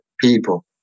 people